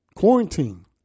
quarantine